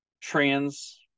trans